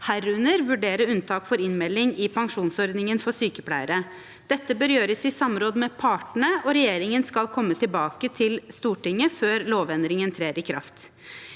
herunder vurdere unntak for innmelding i pensjonsordningen for sykepleiere. Dette bør gjøres i samråd med partene, og regjeringen skal komme tilbake til Stortinget før lovendringen trer i kraft.»